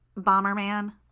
Bomberman